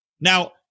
Now